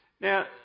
Now